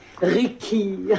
Ricky